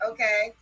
Okay